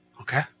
Okay